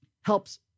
helps